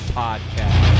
podcast